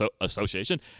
association